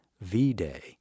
V-Day